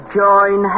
join